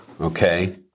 Okay